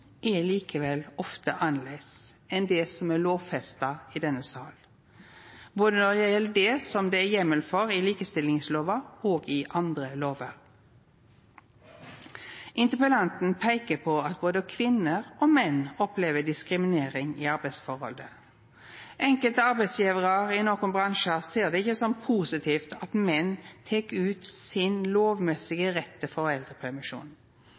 er likevel ofte annleis enn det som er lovfesta i denne salen, både når det gjeld det som det er heimel for i likestillingslova, og i andre lover. Interpellanten peiker på at både kvinner og menn opplever diskriminering i arbeidsforholdet. Enkelte arbeidsgjevarar i nokre bransjar ser det ikkje som positivt at menn tek ut sin